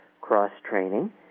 cross-training